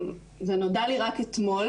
זה נודע לי רק אתמול.